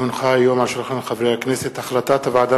כי הונחה היום על שולחן הכנסת החלטת הוועדה